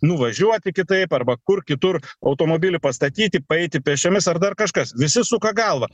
nuvažiuoti kitaip arba kur kitur automobilį pastatyti paeiti pėsčiomis ar dar kažkas visi suka galvą